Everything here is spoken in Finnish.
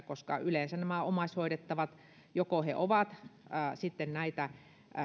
koska yleensä nämä omaishoidettavat joko ovat